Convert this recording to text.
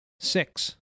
six